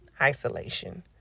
isolation